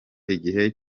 igihe